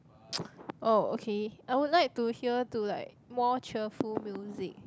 oh okay I would like to hear to like more cheerful music